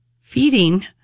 feeding